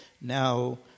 Now